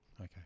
Okay